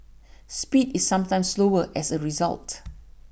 speed is sometimes slower as a result